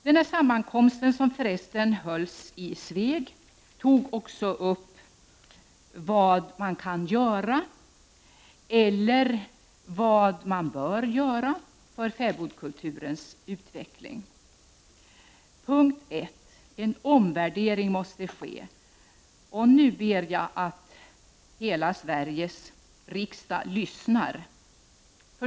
På sammankomsten, som hölls i Sveg, tog man även upp vad som kan göras eller bör göras för fäbodkulturens utveckling. En omvärdering måste ske. Och nu ber jag att hela Sveriges riksdag lyssnar.